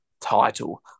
title